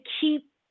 keep